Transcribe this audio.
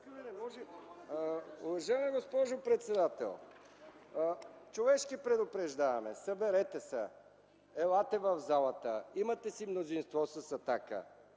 Уважаема госпожо председател, човешки предупреждаваме – съберете се, елате в залата, имате си мнозинство с „Атака”.